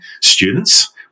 students